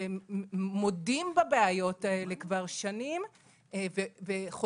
שהם מודים בבעיות האלה כבר שנים וחוזרים